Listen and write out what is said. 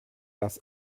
dass